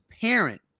parent